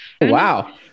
Wow